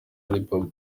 alibaba